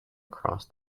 across